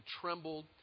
trembled